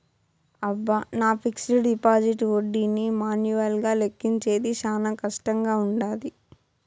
అబ్బ, నా fixed deposit ఒడ్డీని మాన్యువల్గా లెక్కించేది శానా కష్టంగా వుండాది